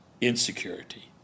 insecurity